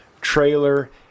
trailer